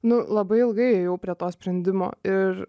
nu labai ilgai ėjau prie to sprendimo ir